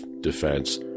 Defense